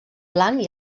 blanc